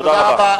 תודה רבה.